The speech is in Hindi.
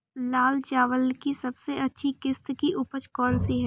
लाल चावल की सबसे अच्छी किश्त की उपज कौन सी है?